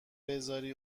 بزاری